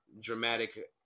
dramatic